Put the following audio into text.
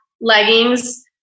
leggings